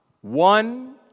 one